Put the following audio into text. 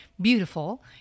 beautiful